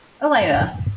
Elena